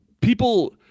people